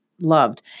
loved